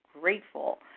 grateful